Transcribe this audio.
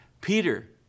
Peter